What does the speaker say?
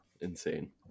insane